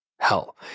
hell